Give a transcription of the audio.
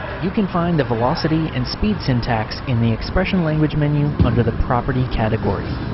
you can find the velocity and speed syntax in the expression language menu under the property category.